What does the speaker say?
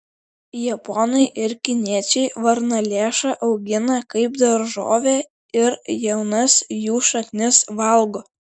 japonai ir kiniečiai varnalėšą augina kaip daržovę ir jaunas jų šaknis valgo